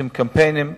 עושים קמפיינים.